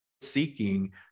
seeking